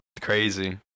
crazy